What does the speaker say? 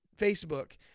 Facebook